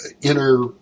inner